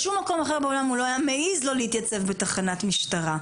בשום מקום אחר בעולם הוא לא היה מעז לא להתייצב בתחנת משטרה.